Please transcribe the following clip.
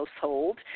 household